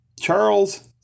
Charles